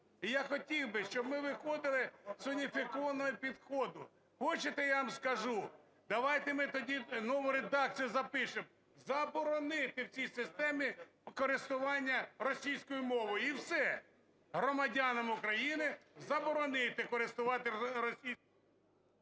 І я хотів би, щоб ми виходили з уніфікованого підходу. Хочете, я вам скажу? Давайте ми тоді нову редакцію запишемо: заборонити в цій системі користування російською мовою – і все! Громадянам України заборонити користуватися… ГОЛОВУЮЧИЙ.